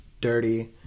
dirty